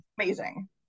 amazing